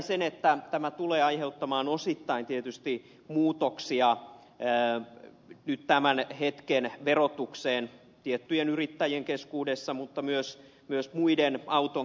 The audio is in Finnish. tiedän että tämä tulee aiheuttamaan osittain tietysti muutoksia tämän hetken verotukseen tiettyjen yrittäjien ja myös muiden auton käyttäjien keskuudessa